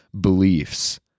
beliefs